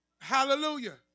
Hallelujah